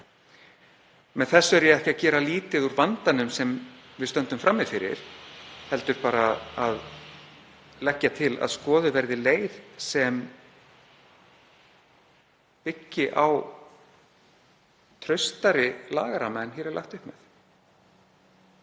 Með þessu er ég ekki að gera lítið úr vandanum sem við stöndum frammi fyrir, heldur bara að leggja til að skoðuð verði leið sem byggir á traustari lagaramma en hér er lagt upp með.